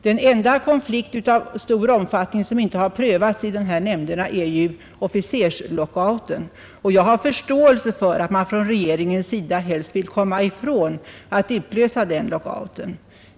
Den enda konflikt av stor omfattning som inte har prövats i nämnderna är officerslockouten. Jag har förståelse för att man från regeringens sida helst vill komma ifrån att utlösa den lockouten.